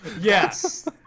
Yes